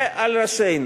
זה על ראשנו.